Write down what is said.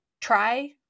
try